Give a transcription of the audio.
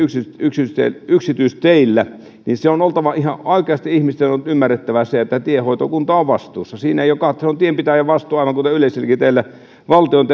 yksityisteillä yksityisteillä niin ihan oikeasti ihmisten on on ymmärrettävä se että tiehoitokunta on vastuussa se on tienpitäjän vastuu aivan kuten yleisilläkin teillä valtion